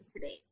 today